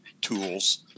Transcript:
tools